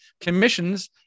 commissions